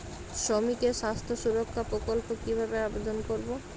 শ্রমিকের স্বাস্থ্য সুরক্ষা প্রকল্প কিভাবে আবেদন করবো?